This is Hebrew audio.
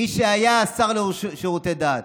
מי שהיה השר לשירותי דת